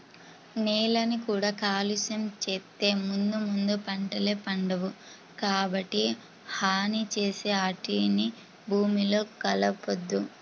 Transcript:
నేలని కూడా కాలుష్యం చేత్తే ముందు ముందు పంటలే పండవు, కాబట్టి హాని చేసే ఆటిని భూమిలో కలపొద్దు